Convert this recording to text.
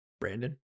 Brandon